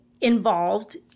involved